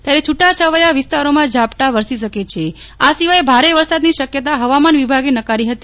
ત્યારે છુટા છવાયા વિસ્તારોમાં ઝાપટાં વારસો શકે છે સિવાય ભારે વરસાદની શક્યતા ફવામાન વિભાગે નકારી ફતી